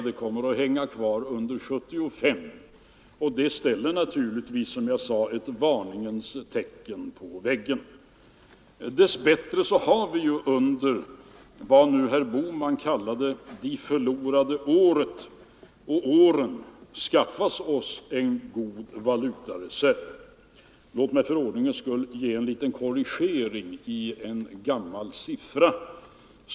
Det kommer att hänga kvar under 1975 och utgör naturligtvis ett varningens tecken på väggen Dess bättre har vi under vad herr Bohman kallade de förlorade åren skaffat oss en god valutareserv. Låt mig för ordningens skull korrigera en gammal siffra.